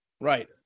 Right